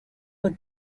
but